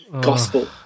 gospel